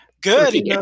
good